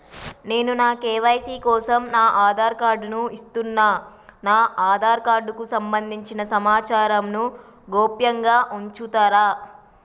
నేను నా కే.వై.సీ కోసం నా ఆధార్ కార్డు ను ఇస్తున్నా నా ఆధార్ కార్డుకు సంబంధించిన సమాచారంను గోప్యంగా ఉంచుతరా?